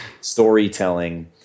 storytelling